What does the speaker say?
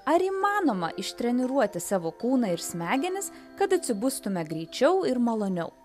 ar įmanoma ištreniruoti savo kūną ir smegenis kad atsibustume greičiau ir maloniau